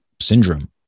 syndrome